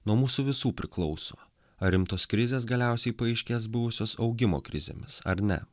nuo mūsų visų priklauso ar rimtos krizės galiausiai paaiškės buvusios augimo krizėmis ar ne